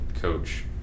coach